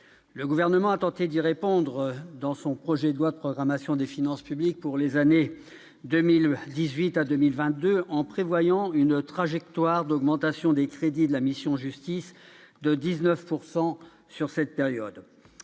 Le Gouvernement a tenté d'y répondre dans son projet de loi de programmation des finances publiques pour les années 2018 à 2022 en prévoyant une trajectoire d'augmentation des crédits de la mission « Justice » de 19 % sur cette période.